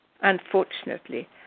Unfortunately